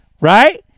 right